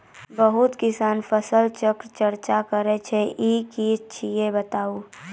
बहुत किसान फसल चक्रक चर्चा करै छै ई की छियै बताऊ?